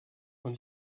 von